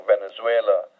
Venezuela